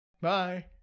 Bye